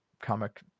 comic